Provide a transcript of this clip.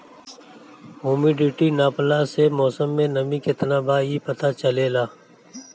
humidity नापला से मौसम में नमी केतना बा इ पता चलेला